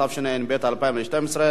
התשע"ב 2012,